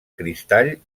cristall